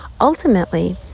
ultimately